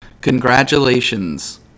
Congratulations